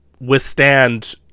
withstand